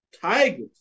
Tigers